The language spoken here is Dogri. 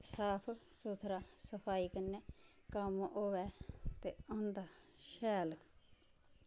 साफ सुथरा सफाई कन्नै कम्म होए ते होंदा शैल